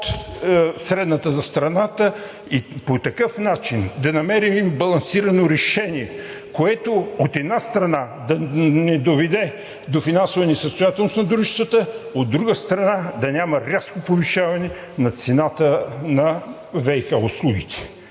средната за страната. По такъв начин да намерим балансирано решение, което, от една страна, да не доведе до финансова състоятелност на дружествата, от друга страна, да няма рязко повишаване на цената на ВиК услугите.